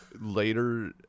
Later